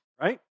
right